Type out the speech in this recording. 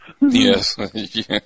Yes